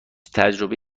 تجربه